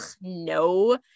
no